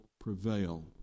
prevail